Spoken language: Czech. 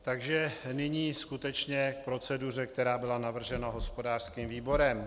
Takže nyní skutečně k proceduře, která byla navržena hospodářským výborem.